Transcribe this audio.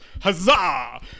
huzzah